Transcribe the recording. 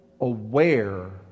aware